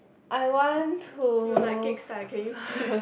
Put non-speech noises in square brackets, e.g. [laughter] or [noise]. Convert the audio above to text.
I want to [laughs]